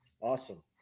Awesome